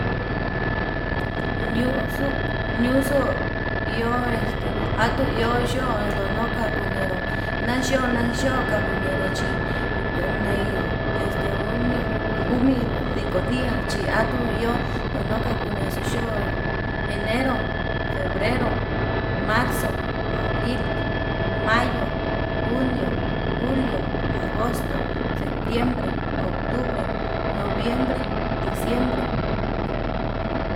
Ñuuxu ñuuxu iho este atuu iho yo'ó nduno kakunero nayo'ó nayo'ó kakunero chi kunei uni jumi ndiko dia chí atuu iho nuu kaku nexo xhio, enero, febrero, marzo, abril, mayo, junio, julio, agosto, septiembre, octubre, noviembre, diciebre.